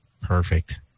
Perfect